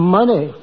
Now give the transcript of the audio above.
Money